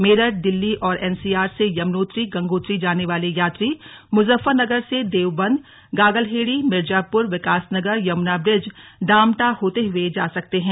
मेरठ दिल्ली और एनसीआर से यमुनोत्री गंगोत्री जाने वाले यात्री मुजफ्फरनगर से देवबंद गागलहेड़ी मिर्जापुर विकासनगर यमुना ब्रिज डामटा होते हुए जा सकते हैं